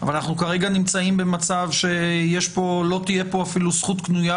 אבל כרגע אנחנו נמצאים במצב שלא תהיה כאן אפילו זכות קנויה